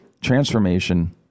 Transformation